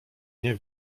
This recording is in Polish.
nie